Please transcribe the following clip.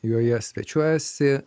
joje svečiuojasi